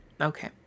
Okay